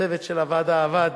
צוות הוועדה עבד.